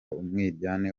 umwiryane